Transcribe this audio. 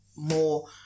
More